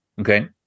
Okay